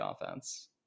offense